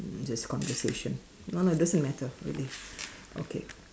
this conversation no no doesn't matter really okay